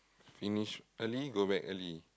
finish early go back early